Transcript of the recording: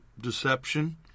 deception